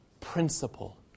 principle